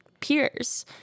peers